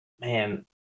man